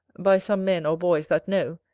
by some men or boys that know,